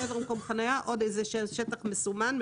מעבר למקום החניה יש עוד איזה שטח מסומן,